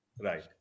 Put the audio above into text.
right